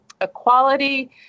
equality